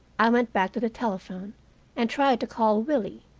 i went back to the telephone and tried to call willie.